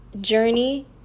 journey